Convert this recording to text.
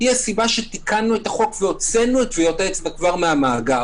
היא הסיבה שתיקנו את החוק והוצאנו את טביעות האצבע כבר מהמאגר.